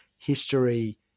history